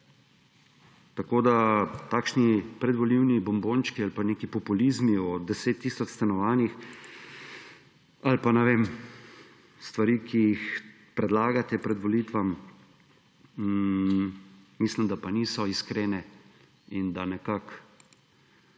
Tako takšni predvolilni bombončki, ali pa neki populizmi o 10 tisoč stanovanjih, ali pa stvari, ki jih predlagate pred volitvami, mislim, da niso iskrene in da nekako